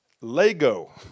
lego